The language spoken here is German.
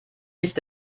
nicht